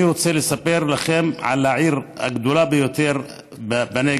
אני רוצה לספר לכם על העיר הערבית הגדולה ביותר בנגב,